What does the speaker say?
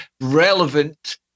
relevant